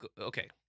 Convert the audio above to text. okay